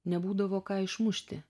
nebūdavo ką išmušti